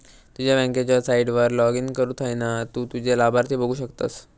तुझ्या बँकेच्या साईटवर लाॅगिन करुन थयना तु तुझे लाभार्थी बघु शकतस